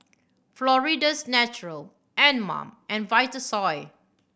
Florida's Natural Anmum and Vitasoy